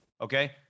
okay